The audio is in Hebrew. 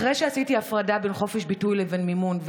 אחרי שעשיתי הפרדה בין חופש ביטוי לבין מימון,